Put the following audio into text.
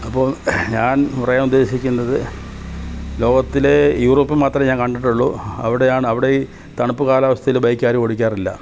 അപ്പോൾ ഞാൻ പറയാൻ ഉദ്ദേശിക്കുന്നത് ലോകത്തിലെ യൂറോപ്പിൽ മാത്രമേ ഞാൻ കണ്ടിട്ടുള്ളു അവിടെയാണ് അവിടെ ഈ തണുപ്പ് കാലാവസ്ഥയിൽ ബൈക്ക് ആരും ഓടിക്കാറില്ല